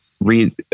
read